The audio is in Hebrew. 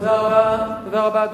תודה רבה.